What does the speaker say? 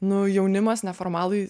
nu jaunimas neformalai